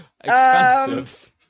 expensive